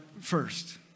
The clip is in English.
first